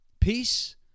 peace